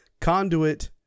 Conduit